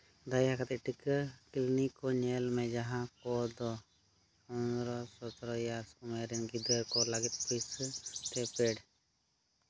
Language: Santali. ᱫᱟᱭᱟ ᱠᱟᱛᱮᱫ ᱴᱤᱠᱟᱹ ᱠᱞᱤᱱᱤᱠ ᱠᱚ ᱧᱮᱞ ᱢᱮ ᱡᱟᱦᱟᱸ ᱠᱚᱫᱚ ᱯᱚᱸᱫᱽᱨᱚ ᱥᱚᱛᱨᱚ ᱤᱭᱟᱨᱥ ᱩᱢᱮᱨ ᱨᱮᱱ ᱜᱤᱫᱽᱨᱟᱹ ᱠᱚ ᱞᱟᱹᱜᱤᱫ ᱯᱩᱭᱥᱟᱹ ᱛᱮ ᱯᱮᱰ